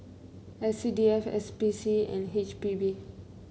S C D F S P C and H P B